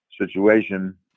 situation